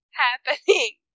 happening